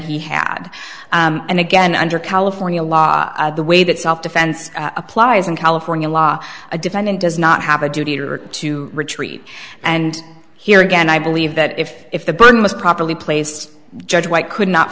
he had and again under california law the way that self defense applies in california law a defendant does not have a duty to to retreat and here again i believe that if if the burden was properly placed judge white could not